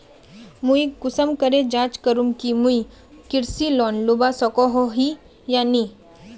मुई कुंसम करे जाँच करूम की मुई कृषि लोन लुबा सकोहो ही या नी?